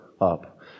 up